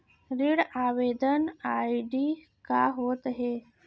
ऋण आवेदन आई.डी का होत हे?